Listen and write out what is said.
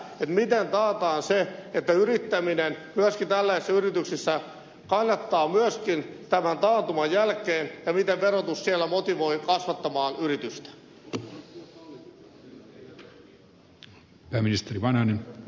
miten taataan se että yrittäminen myöskin tällaisissa yrityksissä kannattaa myös tämän taantuman jälkeen ja miten verotus siellä motivoi kasvattamaan yritystä